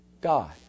God